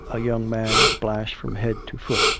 a young man, splashed from head to foot,